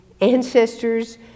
ancestors